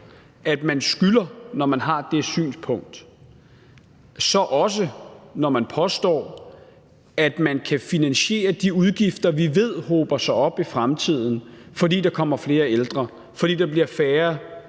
at have. Men når man har det synspunkt, og når man påstår, at man kan finansiere de udgifter, vi ved hober sig op i fremtiden, fordi der kommer flere ældre, fordi der bliver færre